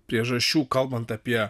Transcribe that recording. priežasčių kalbant apie